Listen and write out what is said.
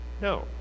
no